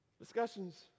Discussions